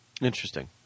Interesting